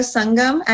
Sangam